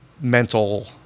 mental